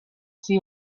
see